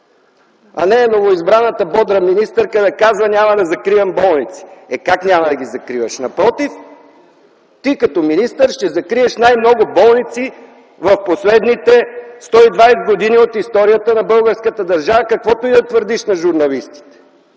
А не новоизбраната бодра министърка да казва „Няма да закривам болници”. Как няма да ги закриваш? Напротив, ти като министър ще закриеш най-много болници в последните 120 години от историята на българската държава, каквото и да твърдиш на журналистите!